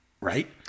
right